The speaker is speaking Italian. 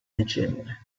dicembre